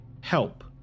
help